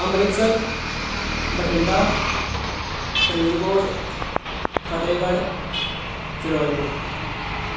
Amritsar Bathinda Faridkot Fatehgarh Firozpur